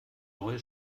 neue